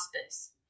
hospice